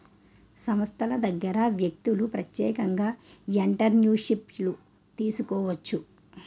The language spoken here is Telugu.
సంస్థల దగ్గర వ్యక్తులు ప్రత్యేకంగా ఎంటర్ప్రిన్యూర్షిప్ను తీసుకోవచ్చు